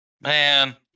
Man